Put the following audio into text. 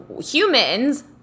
humans